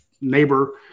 neighbor